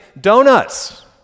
donuts